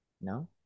No